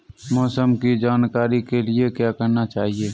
मौसम की जानकारी के लिए क्या करना चाहिए?